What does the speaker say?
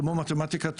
כמו מתמטיקה טהורה,